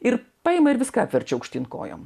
ir paima ir viską apverčia aukštyn kojom